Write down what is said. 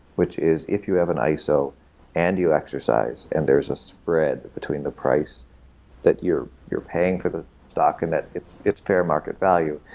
which is if you have an iso and you exercise and there is a spread between the price that you're you're paying for the stock and that it's it's fair market value,